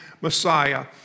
Messiah